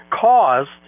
caused